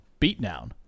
beatdown